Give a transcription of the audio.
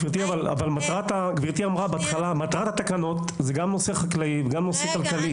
גברתי אמרה בהתחלה שמטרת התקנות זה גם נושא חקלאי וגם נושא כלכלי.